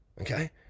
okay